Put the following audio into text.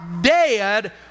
dead